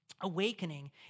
awakening